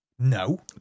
No